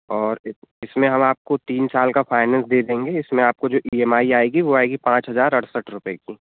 और इस इसमें हम आपको तीन साल का फ़ाइनैन्स दे देंगे इसमें आपको जो ई एम आई आएगी वो आएगी पाँच हज़ार अड़सठ रुपये की